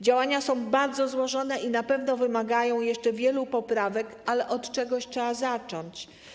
Działania są bardzo złożone i na pewno wymagają jeszcze wielu poprawek, ale od czegoś trzeba zacząć.